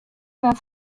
war